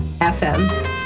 FM